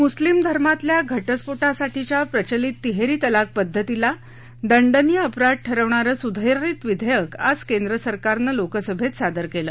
मुस्लीम धर्मातल्या घ िफो िसाठीच्या प्रचलित तिहेरी तलाक पद्धतीला दंडनीय अपराध ठरवणारं सुधारित विधेयक केंद्र सरकारनं आज लोकसभेत सादर केलं